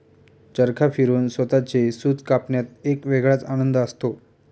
चरखा फिरवून स्वतःचे सूत कापण्यात एक वेगळाच आनंद असतो